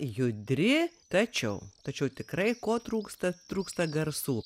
judri tačiau tačiau tikrai ko trūksta trūksta garsų